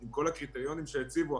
עם כל הקריטריונים שהציבו,